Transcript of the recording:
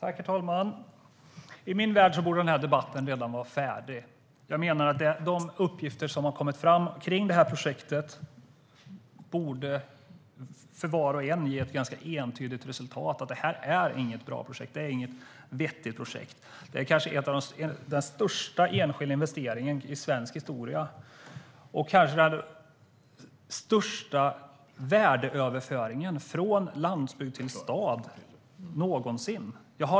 Herr talman! I min värld borde den här debatten redan vara färdig. De uppgifter som har kommit fram när det gäller det här projektet borde ge ett ganska entydigt resultat: Det här är inget bra projekt. Det är inget vettigt projekt. Det är kanske den största enskilda investeringen i svensk historia och kanske den största värdeöverföringen från landsbygd till stad någonsin.